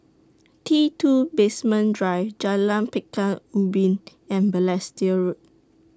T two Basement Drive Jalan Pekan Ubin and Balestier Road